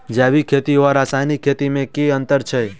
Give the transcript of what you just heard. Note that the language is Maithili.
जैविक खेती आ रासायनिक खेती मे केँ अंतर छै?